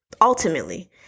Ultimately